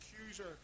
accuser